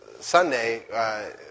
Sunday